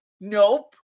nope